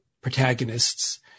protagonists